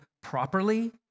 properly